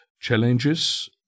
challenges